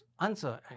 answer